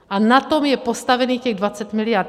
A na tom je postavených těch 20 mld.